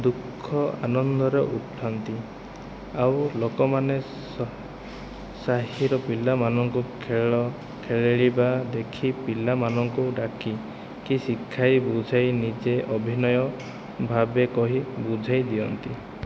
ଦୁଃଖ ଆନନ୍ଦରେ ଉଠନ୍ତି ଆଉ ଲୋକମାନେ ସାହିର ପିଲାମାନଙ୍କୁ ଖେଳ ଖେଳିବା ଦେଖି ପିଲାମାନଙ୍କୁ ଡାକିକି ଶିଖାଇ ବୁଝାଇ ନିଜେ ଅଭିନୟ ଭାବେ କହି ବୁଝାଇଦିଅନ୍ତି